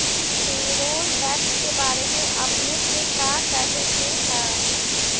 Payroll tax के बारे में आपने के का कहे के हेअ?